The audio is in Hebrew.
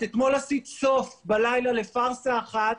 את אתמול עשית סוף בלילה לפארסה אחת,